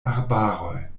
arbaroj